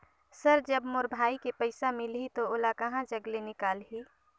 Sir जब मोर भाई के पइसा मिलही तो ओला कहा जग ले निकालिही?